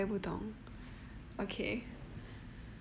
我也不懂 okay